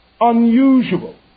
unusual